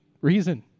reason